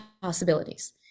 possibilities